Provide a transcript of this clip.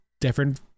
different